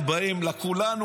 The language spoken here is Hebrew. הם באים לקחו לנו,